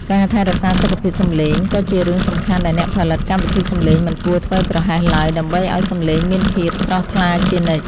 ការថែរក្សាសុខភាពសំឡេងក៏ជារឿងសំខាន់ដែលអ្នកផលិតកម្មវិធីសំឡេងមិនគួរធ្វេសប្រហែសឡើយដើម្បីឱ្យសំឡេងមានភាពស្រស់ថ្លាជានិច្ច។